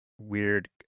weird